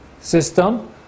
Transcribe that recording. system